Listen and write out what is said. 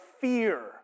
fear